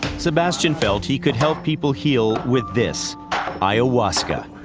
sebastian felt he could help people heal with this ayahuasca.